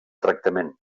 tractament